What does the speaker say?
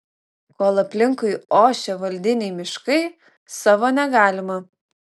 kol aplinkui ošia valdiniai miškai savo negalima